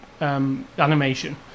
animation